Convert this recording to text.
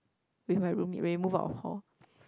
with my room mate when we move out of hall